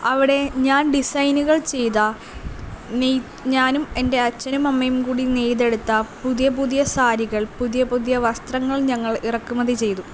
അവിടെ ഞാൻ ഡിസൈനുകൾ ചെയ്ത നെയ്ത ഞാനും എൻ്റെ അച്ഛനും അമ്മയും കൂടി നെയ്ത് എടുത്ത പുതിയ പുതിയ സാരികൾ പുതിയ പുതിയ വസ്ത്രങ്ങൾ ഞങ്ങൾ ഇറക്കുമതി ചെയ്തു